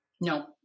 No